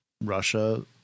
Russia